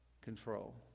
control